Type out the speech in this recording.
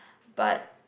but